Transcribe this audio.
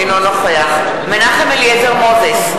אינו נוכח מנחם אליעזר מוזס,